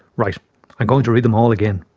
right. i'm going to read them all again!